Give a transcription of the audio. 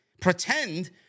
pretend